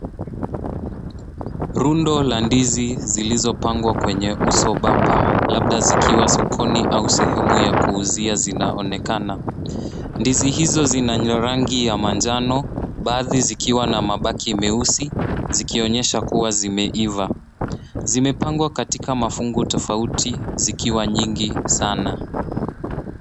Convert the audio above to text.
Rundo la ndizi zilizopangwa kwenye uso bapa labda zikiwa sokoni au sehemu ya kuuuzia zinaonekana. Ndizi hizo zinanyo rangi ya manjano, baadhhi zikiwa na mabaki meusi, zikionyesha kuwa zimeiva. Zimepangwa katika mafungu tofauti, zikiwa nyingi sana.